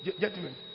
gentlemen